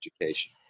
education